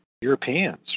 Europeans